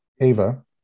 Ava